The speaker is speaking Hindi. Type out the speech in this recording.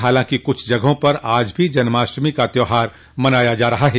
हालांकि कुछ जगहों पर आज भी जन्माष्टमी का त्योहार मनाया जा रहा है